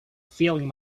feeling